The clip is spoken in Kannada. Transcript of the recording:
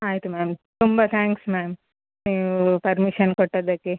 ಆಯಿತು ಮ್ಯಾಮ್ ತುಂಬ ಥ್ಯಾಂಕ್ಸ್ ಮ್ಯಾಮ್ ನೀವು ಪರ್ಮಿಷನ್ ಕೊಟ್ಟಿದ್ದಕ್ಕೆ